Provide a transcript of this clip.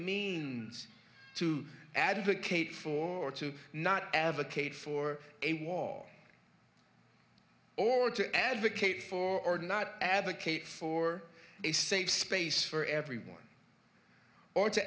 means to advocate for to not advocate for a wall or to advocate for or not advocate for a safe space for everyone or to